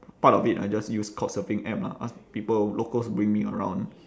part of it I just use couchsurfing app lah ask people locals bring me around